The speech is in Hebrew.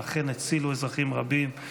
ואכן, הצילו אזרחים רבים.